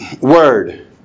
Word